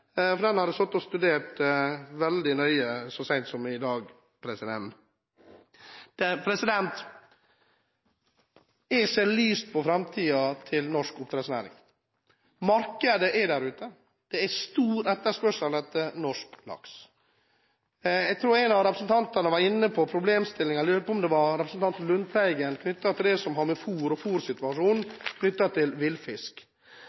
og den har jeg sittet og studert veldig nøye så sent som i dag. Jeg ser lyst på framtiden til norsk oppdrettsnæring. Markedet er der ute. Det er stor etterspørsel etter norsk laks. Jeg tror det var representanten Lundteigen som var inne på problemstillingen knyttet til det som har med fôr og